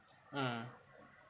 mm